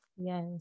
Yes